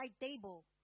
table